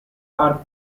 are